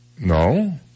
no